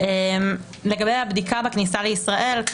לגבי הבדיקה בכניסה לישראל,